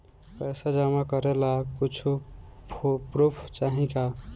पैसा जमा करे ला कुछु पूर्फ चाहि का?